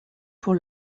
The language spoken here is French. pour